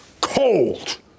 cold